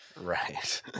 Right